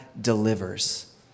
delivers